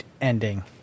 ending